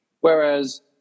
Whereas